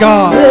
God